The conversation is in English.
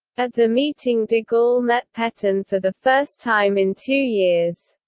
at the meeting de gaulle met petain for the first time in two years.